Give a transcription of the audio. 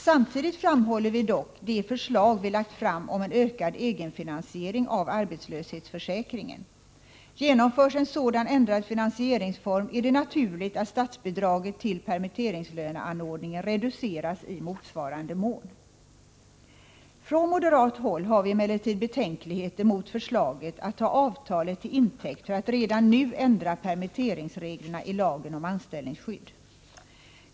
Samtidigt framhåller vi dock det förslag vi lagt fram om en ökad 61 egenfinansiering av arbetslöshetsförsäkringen. Genomförs en sådan ändrad finansieringsform är det naturligt att statsbidraget till permitteringslöneanordningen reduceras i motsvarande mån. Från moderat håll har vi emellertid betänkligheter mot förslaget att ta avtalet till intäkt för att redan nu ändra permitteringsreglerna i lagen om anställningsskydd.